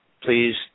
please